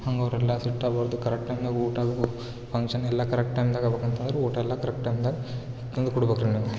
ಹಂಗೆ ಅವರೆಲ್ಲ ಸಿಟ್ಟು ಆಗಬಾರ್ದು ಕರೆಕ್ಟ್ ಟೈಮ್ನಾಗ ಊಟ ಫಂಕ್ಷನ್ ಎಲ್ಲ ಕರೆಕ್ಟ್ ಟೈಮ್ನಾಗ ಆಗ್ಬೇಕಂತಂದರೆ ಊಟ ಎಲ್ಲ ಕರೆಕ್ಟ್ ಟೈಮ್ದಾಗ ತಂದು ಕೊಡ್ಬೇಕ್ ರೀ ನೀವು